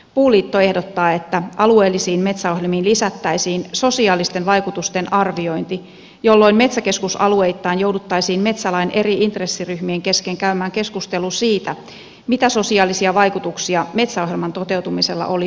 puuliitto ehdottaa että alueellisiin metsäohjelmiin lisättäisiin sosiaalisten vaikutusten arviointi jolloin metsäkeskusalueittain jouduttaisiin metsälain eri intressiryhmien kesken käymään keskustelu siitä mitä sosiaalisia vaikutuksia metsäohjelman toteutumisella olisi